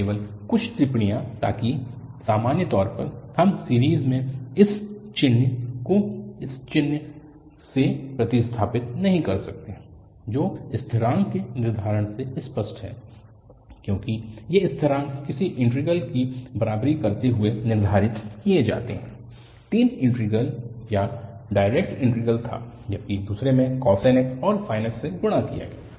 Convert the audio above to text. केवल कुछ टिप्पणियां ताकि सामान्य तौर पर हम सीरीज़ में इस चिह्न को इस चिह्न से प्रतिस्थापित नहीं कर सकते हैं जो स्थिरांक के निर्धारण से स्पष्ट है क्योंकि ये स्थिरांक किसी इंटीग्रल की बराबरी करते हुए निर्धारित किए जाते हैं तीन इंटीग्रल एक डायरेक्ट इंटीग्रल था जबकि दूसरे को cos nx और sin nx से गुणा किया गया था